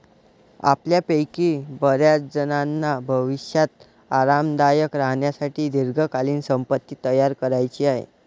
आपल्यापैकी बर्याचजणांना भविष्यात आरामदायक राहण्यासाठी दीर्घकालीन संपत्ती तयार करायची आहे